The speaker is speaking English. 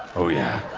oh yeah.